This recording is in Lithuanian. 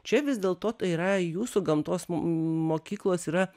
čia vis dėlto tai yra jūsų gamtos mokyklos yra